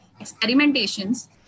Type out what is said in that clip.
experimentations